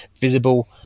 visible